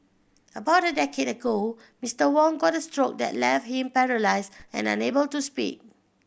about a decade ago Mister Wong got a stroke that left him paralysed and unable to speak